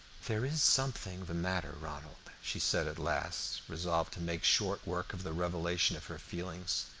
there is something the matter, ronald, she said at last, resolved to make short work of the revelation of her feelings.